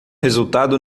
resultado